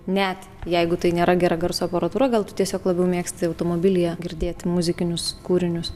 net jeigu tai nėra gera garso aparatūra gal tu tiesiog labiau mėgsti automobilyje girdėti muzikinius kūrinius